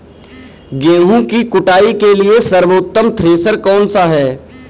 गेहूँ की कुटाई के लिए सर्वोत्तम थ्रेसर कौनसा है?